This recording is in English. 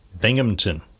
Binghamton